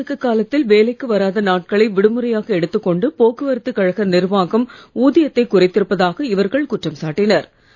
பொது முடக்கக் காலத்தில் வேலைக்கு வராத நாட்களை விடுமுறையாக எடுத்துக் கொண்டு போக்குவரத்துக் கழக நிர்வாகம் ஊதியத்தைக் குறைத்திருப்பதாக இவர்கள் குற்றம் சாட்டினர்